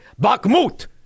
Bakhmut